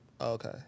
Okay